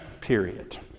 period